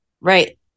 Right